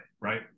right